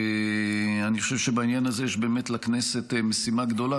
אני חושב שבעניין הזה יש באמת לכנסת משימה גדולה,